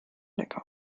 lecker